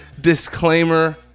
disclaimer